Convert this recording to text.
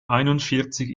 einundvierzig